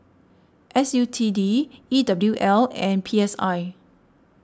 S U T D E W L and P S I